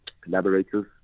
collaborators